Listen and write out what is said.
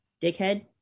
dickhead